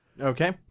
Okay